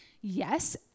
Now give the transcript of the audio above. Yes